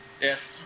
Yes